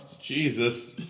Jesus